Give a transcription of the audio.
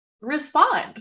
respond